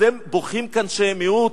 אז הם בוכים כאן שהם מיעוט?